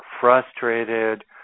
frustrated